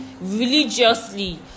religiously